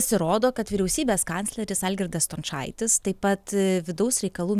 pasirodo kad vyriausybės kancleris algirdas stončaitis taip pat vidaus reikalų